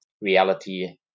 reality